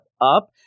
up